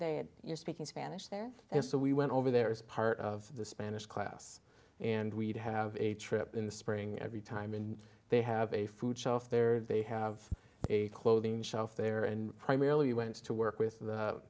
they had your speaking spanish there and so we went over there is part of the spanish class and we'd have a trip in the spring every time in they have a food shelf there they have a clothing shelf there and primarily you went to work with